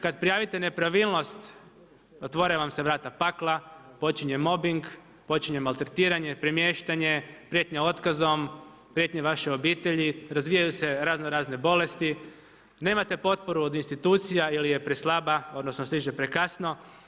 Kad prijavite nepravilnost, otvore vam se vrata pakla, počinje mobbig, počinje maltretiranje, premještanje, prijetnje otkazom, prijetnje vaše obitelji, razvijaju se razno razne bolesti, nemate potporu od institucije, jer je preslaba, odnosno, stiže prekasno.